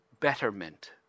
Betterment